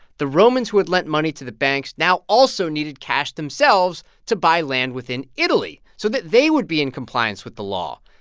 the romans who had lent money to the banks now also needed cash themselves to buy land within italy so that they would be in compliance with the law.